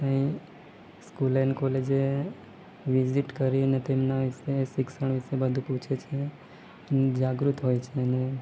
ત્યાં સ્કૂલે ને કોલેજે વિઝિટ કરી અને તેમના વિષે શિક્ષણ વિષે બધું પૂછે છે જાગૃત હોય છે અને